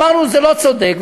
אמרנו: זה לא צודק,